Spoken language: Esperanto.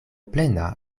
plena